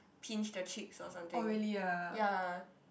pinch the cheeks or something ya